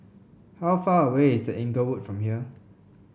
how far away is The Inglewood from here